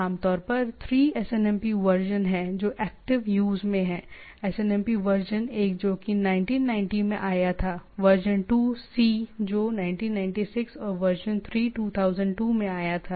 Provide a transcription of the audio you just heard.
आमतौर पर 3 SNMP version हैं जो एक्टिव यूज में हैं एसएनएमपी वर्जन एक जो कि 1990 में आया था वर्जन 2 C जो 1996 और वर्जन 3 2002 में आया था